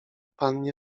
pannie